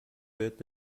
بهت